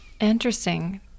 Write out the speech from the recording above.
Interesting